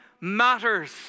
matters